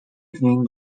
evening